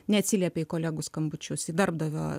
neatsiliepia į kolegų skambučius į darbdavio